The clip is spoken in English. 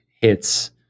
hits